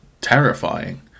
terrifying